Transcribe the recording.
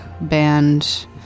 band